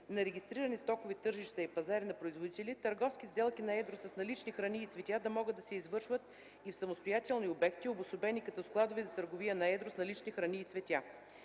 на регистрирани стокови тържища и пазари на производители, търговски сделки на едро с налични храни и цветя да могат да се извършват и в самостоятелни обекти, обособени като складове за търговия на едро с налични храни и цветя.